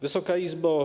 Wysoka Izbo!